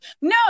No